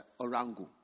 orangu